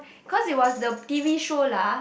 cause it was the t_v show lah